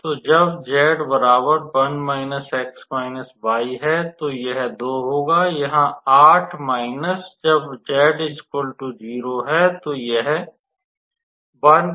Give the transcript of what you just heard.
तो जब z 1 − 𝑥 y है तो यह 2 होगा यहाँ 8 माइनस जब z 0 है तो यह है